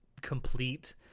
complete